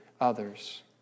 others